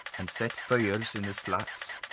and set fires in the slats,